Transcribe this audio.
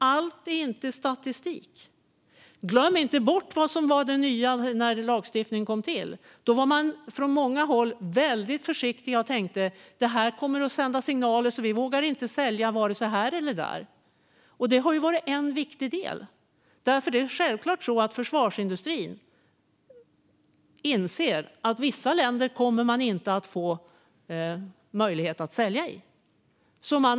Allt är inte statistik. Glöm inte bort vad som var det nya när lagstiftningen kom till! Då var man på många håll väldigt försiktig och tänkte: Det här kommer att sända signaler, så vi vågar inte sälja vare sig här eller där. Det har varit en viktig del, för det är självklart så att försvarsindustrin inser att man inte kommer att få möjlighet att sälja i vissa länder.